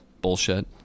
bullshit